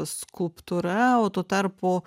skulptūra o tuo tarpu